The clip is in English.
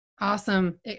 Awesome